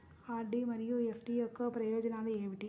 RD మరియు FD యొక్క ప్రయోజనాలు ఏమిటి?